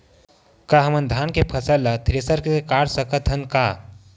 का हमन धान के फसल ला थ्रेसर से काट सकथन का?